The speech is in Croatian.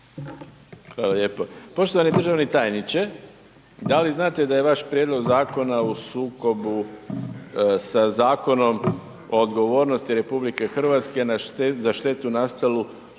Hvala lijepo. Poštovani državni tajniče, da li znate da je vaš prijedlog zakona u sukobu sa Zakonom o odgovornosti RH za štetu nastalu u